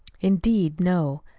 indeed, no.